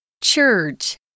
Church